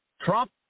Trump